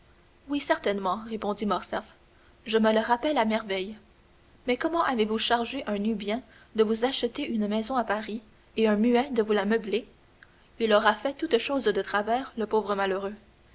oui certainement répondit morcerf je me le rappelle à merveille mais comment avez-vous chargé un nubien de vous acheter une maison à paris et un muet de vous la meubler il aura fait toutes choses de travers le pauvre malheureux